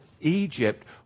Egypt